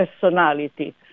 personality